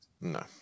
No